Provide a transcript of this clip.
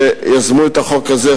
שיזמו את החוק הזה,